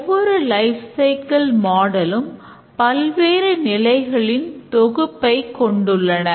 ஒவ்வொரு life cycle மாடலும் பல்வேறு நிலைகளின் தொகுப்பை கொண்டுள்ளன